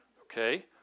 Okay